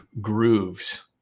grooves